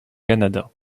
canada